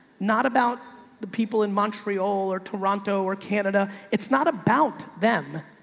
not about the people in montreal or toronto or canada. it's not about them.